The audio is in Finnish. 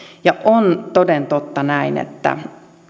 on toden totta näin että